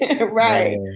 Right